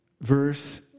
verse